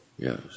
Yes